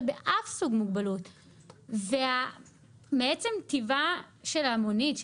באף סוג מוגבלות ומעצם טבעה של המונית,